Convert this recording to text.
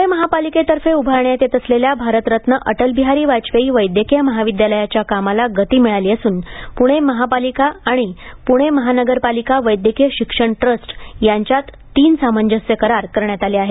पुणे महापालिकेतर्फे उभारण्यात येत असलेल्या भारतरत्न अटल बिहारी वाजपेयी वैद्यकीय महाविद्यालयाच्या कामाला गती मिळाली असून पुणे महानगरपालिका आणि पुणे महानगरपालिका वैद्यकीय शिक्षण ट्रस्ट यांच्यात तीन सामंजस्य करार करण्यात आले आहेत